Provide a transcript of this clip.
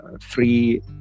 free